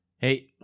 Hey